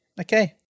Okay